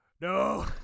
No